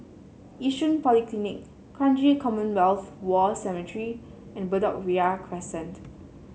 Yishun Polyclinic Kranji Commonwealth War Cemetery and Bedok Ria Crescent